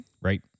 Right